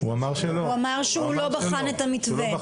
כי --- הוא אמר שהוא לא בחן את המתווה.